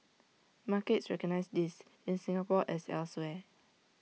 markets recognise this in Singapore as elsewhere